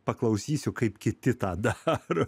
paklausysiu kaip kiti tą daro